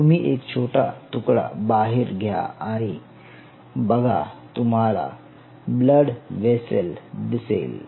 तुम्ही एक छोटा तुकडा बाहेर घ्या आणि बघा तुम्हाला ब्लड व्हेसेल दिसेल